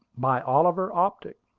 by oliver optic